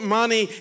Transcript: money